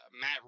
Matt